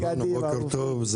בוקר טוב.